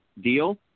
deal